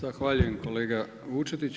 Zahvaljujem kolega Vučetić.